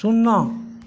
शुन्ना